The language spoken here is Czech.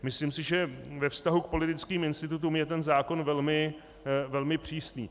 Myslím si, že ve vztahu k politickým institutům je ten zákon velmi přísný.